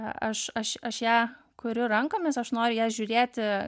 aš aš aš ją kuriu rankomis aš noriu į ją žiūrėti